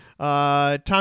Tom